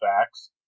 facts